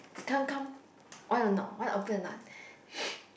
come come want or not want open or not